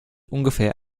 ungefähr